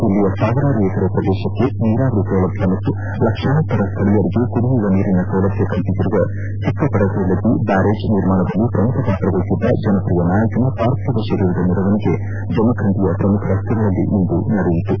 ಜಿಲ್ಲೆಯ ಸಾವಿರಾರು ಎಕರೆ ಪ್ರದೇಶಕ್ಕೆ ನೀರಾವರಿ ಸೌಲಭ್ಯ ಮತ್ತು ಲಕ್ಷಾಂತರ ಸ್ಥಳೀಯರಿಗೆ ಕುಡಿಯವ ನೀರಿನ ಸೌಲಭ್ಯ ಕಲ್ಪಿಸಿರುವ ಚಿಕ್ಕಪಡಸಲಗಿ ಬ್ಯಾರೇಜ್ ನಿರ್ಮಾಣದಲ್ಲಿ ಶ್ರಮುಖಪಾತ್ರ ವಹಿಸಿದ್ದ ಜನಪ್ರಿಯ ನಾಯಕನ ಪಾರ್ಥಿವ ಶರೀರದ ಮೆರವಣಿಗೆ ಜಮಖಂಡಿಯ ಶ್ರಮುಖ ರಸ್ತೆಗಳಲ್ಲಿ ಇಂದು ನಡೆಯಿತು